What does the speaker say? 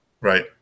right